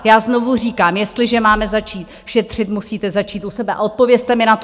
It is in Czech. Já znovu říkám, jestliže máme začít šetřit, musíte začít u sebe, a odpovězte mi na to.